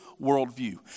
worldview